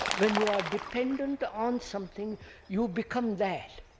when you are dependent on something you become that.